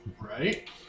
right